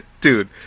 Dude